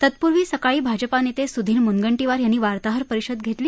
तत्पूर्वी सकाळी भाजपानेते सुधीर मुनगंटीवार यांनी वार्ताहर परिषद घेतली